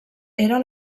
era